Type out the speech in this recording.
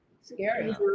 Scary